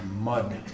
mud